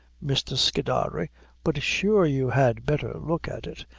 mr. skinadre but sure you had betther look at it,